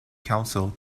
council